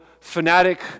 fanatic